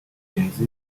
ingezi